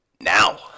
now